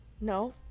No